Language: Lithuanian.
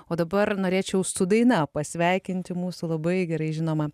o dabar norėčiau su daina pasveikinti mūsų labai gerai žinomą